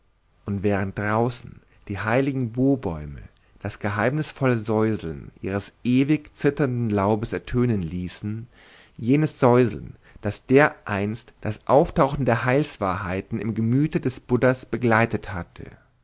und während draußen die heiligen bobäume das geheimnisvolle säuseln ihres ewig zitternden laubes ertönen ließen jenes säuseln das dereinst das auftauchen der heilswahrheiten im gemüte des buddha begleitet hatte